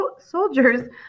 soldiers